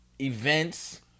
events